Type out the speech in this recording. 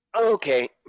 Okay